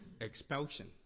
expulsion